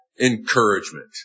encouragement